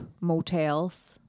motels